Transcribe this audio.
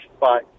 Bye